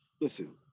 listen